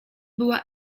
była